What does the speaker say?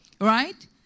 right